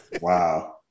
Wow